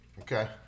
Okay